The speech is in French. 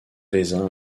raisins